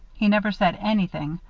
he never said anything,